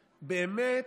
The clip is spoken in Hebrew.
באמת,